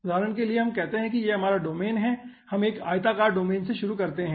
उदाहरण के लिए हम कहते हैं कि यह हमारा डोमेन है हम एक आयताकार डोमेन से शुरू करते है